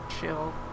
chill